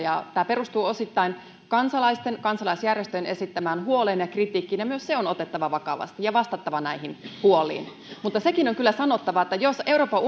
tämä perustuu osittain kansalaisten kansalaisjärjestöjen esittämään huoleen ja kritiikkiin ja myös se on otettava vakavasti ja vastattava näihin puoliin sekin on kyllä sanottava että jos euroopan